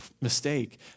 mistake